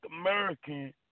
American